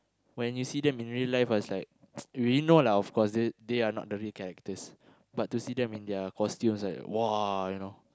when you see them in real life ah it's like we know lah of course they they are not the real characters but to see them in their costumes right !wah! you know